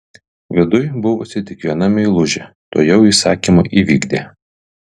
viduj buvusi tik viena meilužė tuojau įsakymą įvykdė